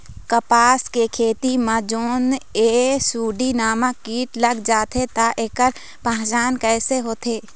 कपास के खेती मा जोन ये सुंडी नामक कीट लग जाथे ता ऐकर पहचान कैसे होथे?